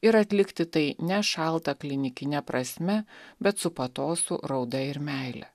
ir atlikti tai ne šalta klinikine prasme bet su patosu rauda ir meile